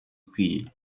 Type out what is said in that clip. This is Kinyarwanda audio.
ukwiye